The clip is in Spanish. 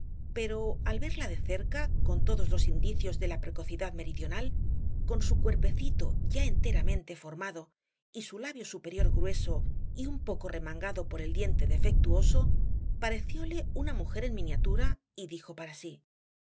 pero al verla de cerca con todos los indicios de la precocidad meridional con su cuerpecito ya enteramente formado y su labio superior grueso y un poco remangado por el diente defectuoso parecióle una mujer en miniatura y dijo para sí